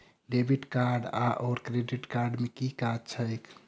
Debit card आओर credit card केँ की काज छैक?